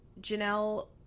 Janelle